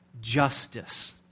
justice